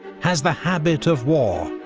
has the habit of war,